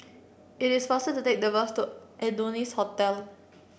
it is faster to take the bus to Adonis Hotel